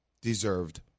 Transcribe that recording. deserved